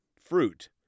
fruit